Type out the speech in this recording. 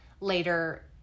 later